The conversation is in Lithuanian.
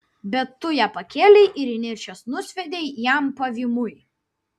bet tu ją pakėlei ir įniršęs nusviedei jam pavymui